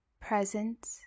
present